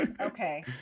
Okay